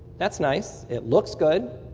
that's nice. it looks good.